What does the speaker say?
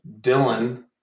Dylan